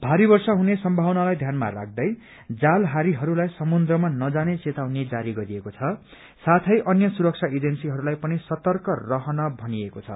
भारी वर्षा हुने सम्भावनालाई ध्यानमा राख्दै जालहारीहरूलाई समुद्रमा नजाने चेतावनी जारी गरिएको छ साथै अन्य सुरक्षा एजेन्सीहरूलाई पनि सतर्क रहन भनिएको छ